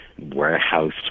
warehouse